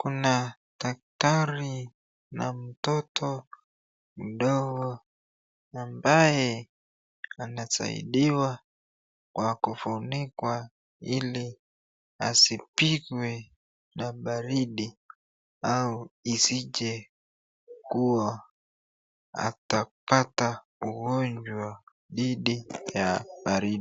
kuna daktari na mtoto mdogo ambaye anasaidiwa kwa kufunikwa ili asipigwe na baridi au isije kuwa atapata ugonjwa dhidi ya baridi.